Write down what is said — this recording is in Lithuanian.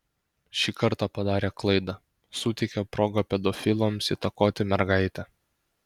šį kartą padarė klaidą suteikė progą pedofilams įtakoti mergaitę